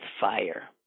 fire